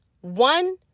one